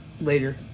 later